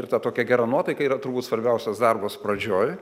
ir ta tokia gera nuotaika yra turbūt svarbiausias darbas pradžioj